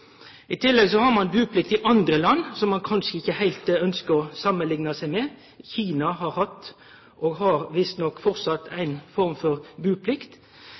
i Noreg. I tillegg har ein buplikt i land som ein kanskje ikkje heilt ønskjer å samanlikne seg med. Kina har hatt, og har visstnok framleis, ei form for buplikt.